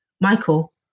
michael